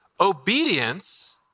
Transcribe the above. obedience